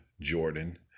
jordan